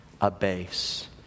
abase